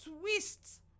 twists